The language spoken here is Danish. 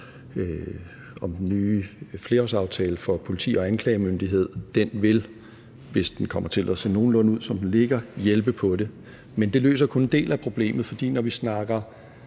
med den nye flerårsaftale for politi og anklagemyndighed. Den vil, hvis den kommer til at se nogenlunde ud, som den ligger, hjælpe på det. Men det løser kun en del af problemet, for når vi snakker